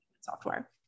software